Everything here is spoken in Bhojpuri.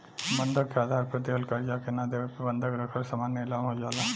बंधक के आधार पर दिहल कर्जा के ना देवे पर बंधक रखल सामान नीलाम हो जाला